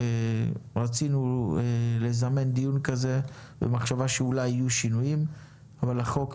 רצינו לזמן דיון כזה במחשבה שאולי יהיו שינויים אבל החוק,